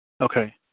Okay